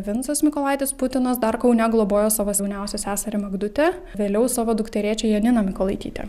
vincas mykolaitis putinas dar kaune globojo savo jauniausią seserį magdutę vėliau savo dukterėčią janiną mykolaitytę